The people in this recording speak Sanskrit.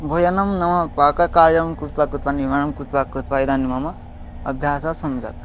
भोजनं नाम पाककार्यं कृत्वा कृत्वा निर्माणं कृत्वा कृत्वा इदानीं मम अभ्यासं सञ्जातम्